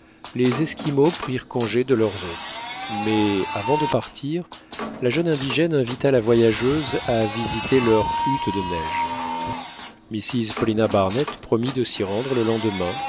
les esquimaux prirent congé de leurs hôtes mais avant de partir la jeune indigène invita la voyageuse à visiter leur hutte de neige mrs paulina barnett promit de s'y rendre le lendemain